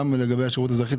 גם לגבי השירות האזרחי,